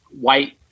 white